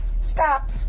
Stop